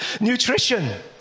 Nutrition